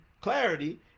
clarity